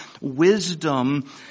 wisdom